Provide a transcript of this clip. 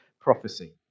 prophecy